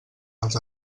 els